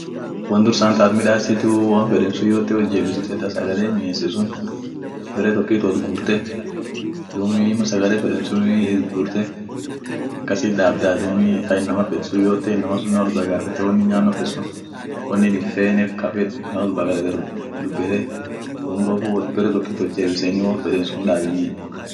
won dursaa taat midaasituu won feden sun yote wotjeebisite ta sagale miesit sun, bare tokiit wot guurte dumii mal sagale feden sun itguurte akasiit daabdaa akasiit inama sun yete gaafete inama sun win inin fed kuli inin nyaano fed sun, wonin hinfeenef ka fed wo gagar dubete duum bare tokiit wot jeebiseeni won feden sun daabenie